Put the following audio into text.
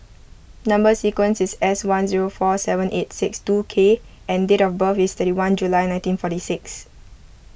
Number Sequence is S one zero four seven eight six two K and date of birth is thirty one July nineteen forty six